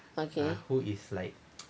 okay